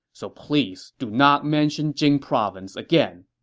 so please do not mention jing province again.